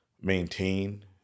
maintain